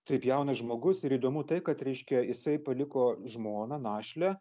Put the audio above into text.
taip jaunas žmogus ir įdomu tai kad reiškia jisai paliko žmoną našlę